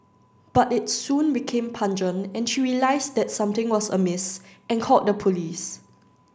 but it soon became pungent and she realised that something was amiss and called the police